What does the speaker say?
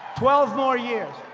twelve more years.